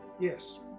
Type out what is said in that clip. Yes